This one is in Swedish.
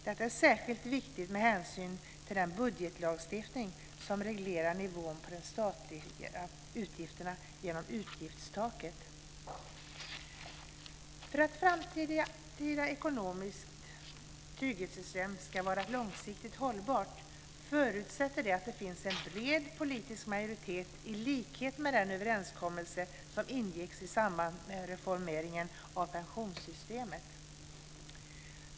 Detta är särskilt viktigt med hänsyn till den budgetlagstiftning som reglerar nivån på de statliga utgifterna genom utgiftstaket. För att ett framtida ekonomiskt trygghetssystem ska vara långsiktigt hållbart förutsätts att det finns en bred politisk majoritet, i likhet med den överenskommelse som ingicks i samband med reformeringen av pensionssystemet.